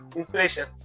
inspiration